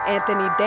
Anthony